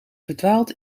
verdwaalt